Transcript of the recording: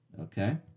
Okay